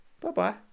bye-bye